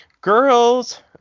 girls